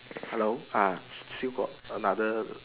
hello ah still got another